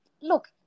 Look